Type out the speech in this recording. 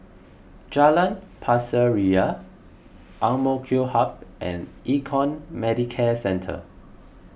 Jalan Pasir Ria A M K Hub and Econ Medicare Centre